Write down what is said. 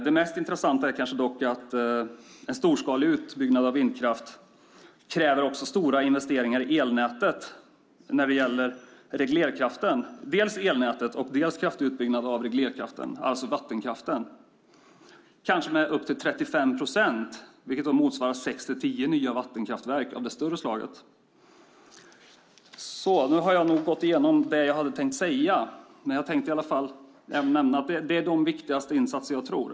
Det mest intressanta är kanske att en storskalig utbyggnad av vindkraft kräver stora investeringar i elnätet när det gäller reglerkraften. Det behövs en kraftig utbyggnad av reglerkraften, det vill säga vattenkraften, med kanske upp till 35 procent. Det motsvarar sex till tio nya vattenkraftverk av det större slaget. Nu har jag gått igenom det jag hade tänkt säga. Jag tänker nämna de viktigaste insatserna.